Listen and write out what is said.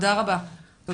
תודה רבה.